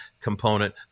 component